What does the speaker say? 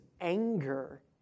anger